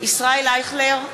ישראל אייכלר,